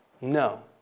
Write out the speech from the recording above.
no